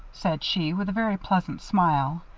said she, with a very pleasant smile.